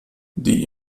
die